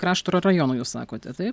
krašto ir rajonų jūs sakote taip